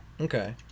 Okay